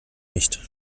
nicht